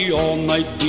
all-night